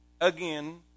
Again